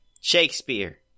Shakespeare